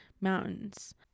mountains